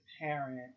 parent